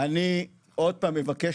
אני עוד פעם מבקש